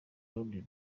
rundi